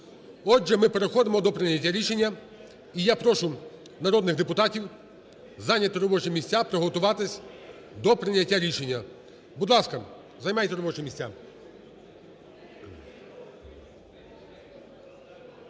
Отже, ми переходимо до прийняття рішення. І я прошу народних депутатів зайняти робочі місця. Приготуватись до прийняття рішення. Будь ласка, займайте робочі місця.